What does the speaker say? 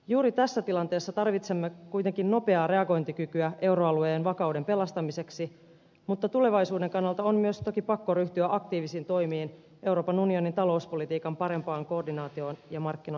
juuri tässä tilanteessa tarvitsemme kuitenkin nopeaa reagointikykyä euroalueen vakauden pelastamiseksi mutta tulevaisuuden kannalta on myös toki pakko ryhtyä aktiivisiin toimiin euroopan unionin talouspolitiikan parempaan koordinaatioon ja markkinoiden valvontaan